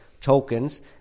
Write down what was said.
tokens